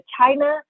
China